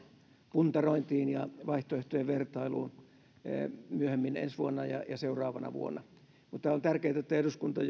puntarointiin ja vaihtoehtojen vertailuun sitten vasta myöhemmin ensi vuonna ja seuraavana vuonna mutta on tärkeää että eduskunta